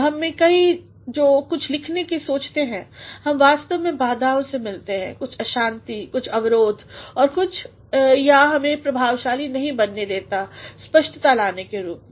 हम में कई जो कुछ लिखने का सोचते हैं हम वास्तव में बाधाओं से मिलते हैं कुछ अशांति कुछ अवरोध और यह हमेंप्रभावशाली नहीं बनता है स्पष्टता लाने के रूप में